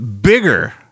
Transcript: bigger